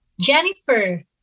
Jennifer